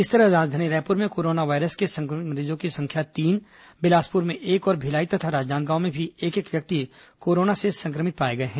इस तरह राजधानी रायपुर में कोरोना वायरस के संक्रमित मरीजों की संख्या तीन बिलासपुर में एक और भिलाई तथा राजनांदगांव में भी एक एक व्यक्ति कोरोना से संक्रमित पाए गए हैं